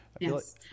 Yes